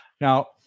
Now